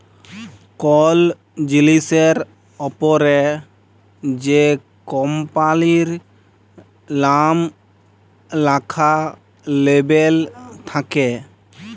call জিলিসের অপরে যে কম্পালির লাম ল্যাখা লেবেল থাক্যে